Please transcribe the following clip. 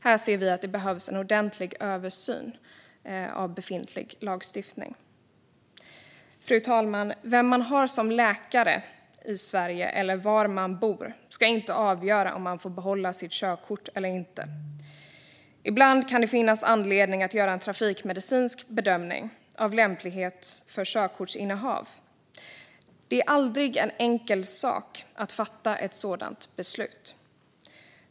Här ser vi att det behövs en ordentlig översyn av befintlig lagstiftning. Fru talman! Vem man har som läkare eller var i Sverige man bor ska inte avgöra om man får behålla sitt körkort eller inte. Ibland kan det finnas anledning att göra en trafikmedicinsk bedömning av lämplighet för körkortsinnehav. Det är aldrig en enkel sak att fatta ett sådant beslut.